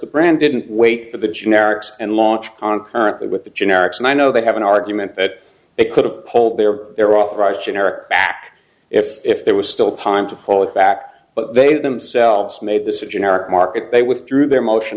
the brand didn't wait for the generics and launch on currently with the generics and i know they have an argument that it could have polled their their authorized generic if if there was still time to pull it back but they themselves made this a generic market they withdrew their motion